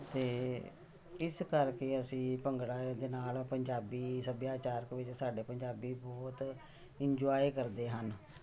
ਅਤੇ ਇਸ ਕਰਕੇ ਅਸੀਂ ਭੰਗੜਾ ਦੇ ਨਾਲ ਪੰਜਾਬੀ ਸੱਭਿਆਚਾਰਕ ਵਿੱਚ ਸਾਡੇ ਪੰਜਾਬੀ ਬਹੁਤ ਇੰਜੋਏ ਕਰਦੇ ਹਨ